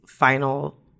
final